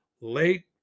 late